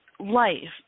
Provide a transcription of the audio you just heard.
Life